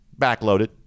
backloaded